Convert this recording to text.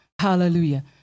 Hallelujah